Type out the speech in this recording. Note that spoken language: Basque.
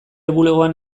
bulegoan